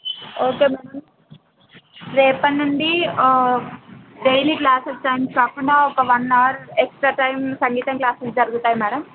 okay madam రేపటి నుండి daily classes times కాకుండా ఒక వన్ అవర్ ఎక్స్ట్రా టైం సంగీతం క్లాసులు జరుగుతాయి మేడం